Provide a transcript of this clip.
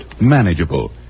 manageable